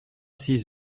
six